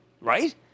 right